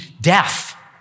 death